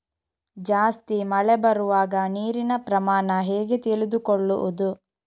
ಜಾಸ್ತಿ ಮಳೆ ಬರುವಾಗ ನೀರಿನ ಪ್ರಮಾಣ ಹೇಗೆ ತಿಳಿದುಕೊಳ್ಳುವುದು?